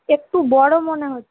একটু বড়ো মনে হচ্ছে